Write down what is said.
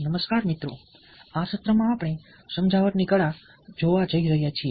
નમસ્કાર મિત્રો આ સત્રમાં આપણે સમજાવટની કળા જોવા જઈ રહ્યા છીએ